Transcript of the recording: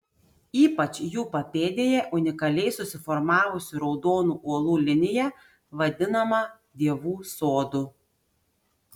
ypač jų papėdėje unikaliai susiformavusių raudonų uolų linija vadinama dievų sodu